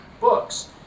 books